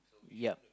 yup